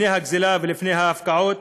לפני הגזלה ולפני ההפקעות